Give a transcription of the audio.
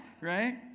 right